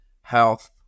health